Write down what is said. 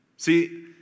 See